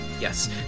yes